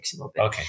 Okay